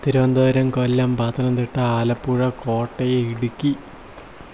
Thiruvananthapuram Kollam Pathanamthitta Alappuzha Kottayam Idukki